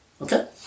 okay